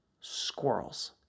Squirrels